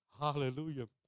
Hallelujah